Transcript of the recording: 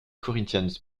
corinthians